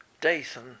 Dathan